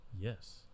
Yes